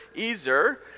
ezer